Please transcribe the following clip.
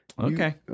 Okay